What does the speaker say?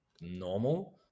normal